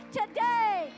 today